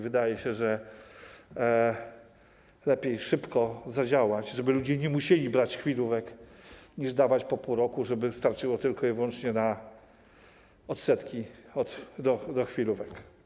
Wydaje się, że lepiej szybko zadziałać, żeby ludzie nie musieli brać chwilówek, niż dawać coś po pół roku, żeby starczyło tylko i wyłącznie na odsetki od chwilówek.